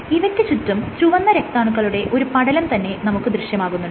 ഇവയ്ക്ക് ചുറ്റും ചുവന്ന രക്താണുക്കളുടെ ഒരു പടലം തന്നെ നമുക്ക് ദൃശ്യമാകുന്നുണ്ട്